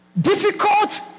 difficult